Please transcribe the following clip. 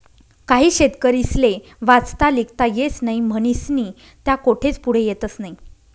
काही शेतकरीस्ले वाचता लिखता येस नही म्हनीस्नी त्या कोठेच पुढे येतस नही